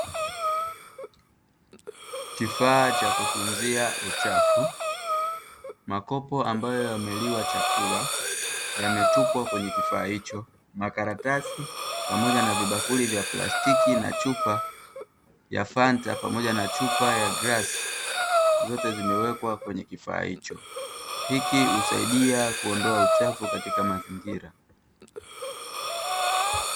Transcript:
Kifaa cha kutunzia uchafu makopo ambayo yameliwa chakula yametupwa kwenye kifaa hicho makaratasi pamoja na vibakuli vya plastiki na chupa ya fanta pamoja na chupa ya glasi, zote zimewekwa kwenye kifaa iko hiki husaidia kuondoa uchafu katika mazingira.